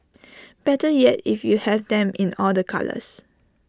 better yet if you have them in all the colours